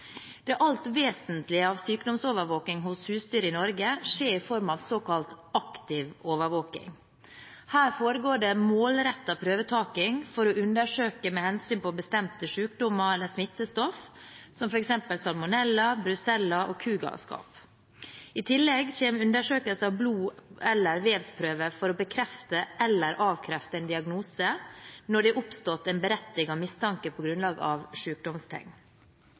Det alt vesentlige av sykdomsovervåking hos husdyr i Norge skjer i form av såkalt aktiv overvåking. Her foregår det målrettet prøvetaking for å undersøke med hensyn til bestemte sykdommer eller smittestoffer som f.eks. salmonella, brucella og kugalskap. I tillegg kommer undersøkelse av blod- eller vevsprøver for å bekrefte eller avkrefte en diagnose når det har oppstått en berettiget mistanke på grunnlag av